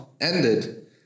ended